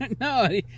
No